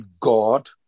God